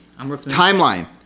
Timeline